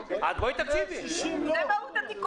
מי בעד אישור התקנות,